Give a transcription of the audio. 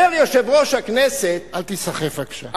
אומר יושב-ראש הכנסת, אל תיסחף בבקשה.